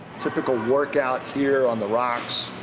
typical workout, here on the rocks,